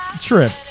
trip